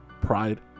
pride